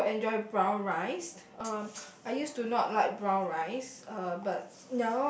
I think I would enjoy brown rice uh I used to not like brown rice uh but